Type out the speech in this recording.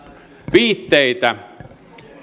viitteitä